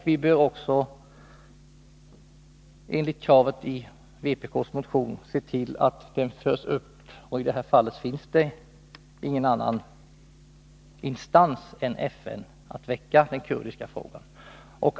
Vi bör också enligt kravet i vpk:s motion se till att frågan tas upp i den enda instans som finns, nämligen FN.